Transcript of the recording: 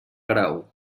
grau